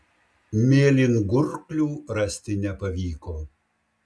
mėlyngurklių rasti nepavyko